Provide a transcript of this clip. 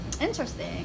Interesting